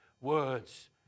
words